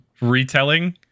retelling